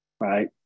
right